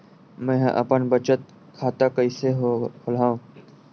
मेंहा अपन बचत खाता कइसे खोलव?